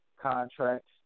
contracts